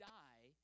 die